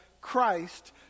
Christ